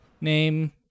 name